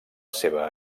seva